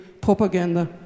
propaganda